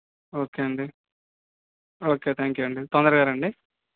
okay అండి okay thank you అండి తొందరగా రండి